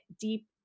deep